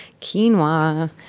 Quinoa